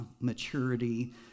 maturity